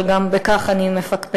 אבל גם בכך אני מפקפקת.